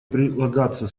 прилагаться